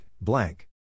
blank